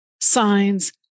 signs